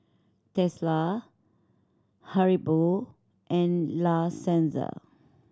Tesla Haribo and La Senza